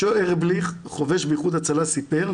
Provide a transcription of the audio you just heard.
משה ערבליך, חובש באיחוד הצלה סיפר,